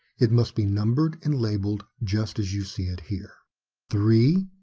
it must be numbered and labeled just as you see it here three.